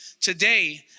today